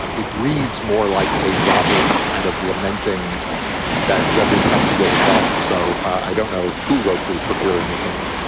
ah it reads more like a roberts kind of lamenting that judges have to get involved. so i don't know who wrote the per curiam opinion.